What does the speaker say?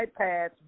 iPads